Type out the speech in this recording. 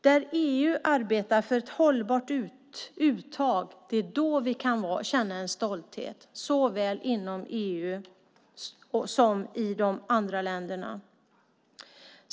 När EU arbetar för ett hållbart uttag kan vi känna en stolthet såväl inom EU som i de andra länderna.